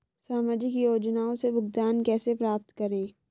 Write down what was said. सामाजिक योजनाओं से भुगतान कैसे प्राप्त करें?